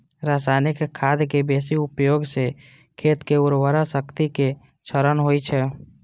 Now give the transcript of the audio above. रासायनिक खादक बेसी उपयोग सं खेतक उर्वरा शक्तिक क्षरण होइ छै